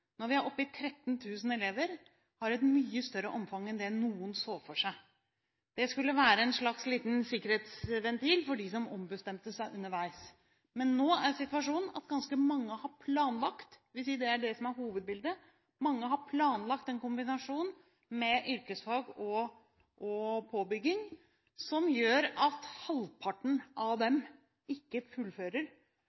når vi er oppe i 13 000 elever, har et mye større omfang enn noen så for seg. Det skulle være en slags sikkerhetsventil for dem som ombestemte seg underveis. Men nå er situasjonen at ganske mange har planlagt – dvs. det er det som er hovedbildet – en kombinasjon med yrkesfag og påbygging, som gjør at halvparten av dem